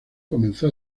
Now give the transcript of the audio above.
comenzó